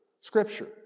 Scripture